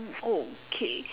okay